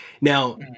Now